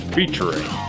Featuring